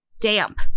damp